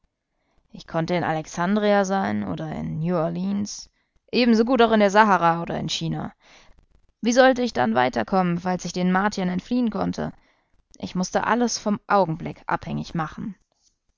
ich konnte in alexandria sein oder in new orleans ebensogut auch in der sahara oder in china wie sollte ich dann weiterkommen falls ich den martiern entfliehen konnte ich mußte alles vom augenblick abhängig machen